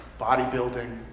Bodybuilding